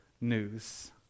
news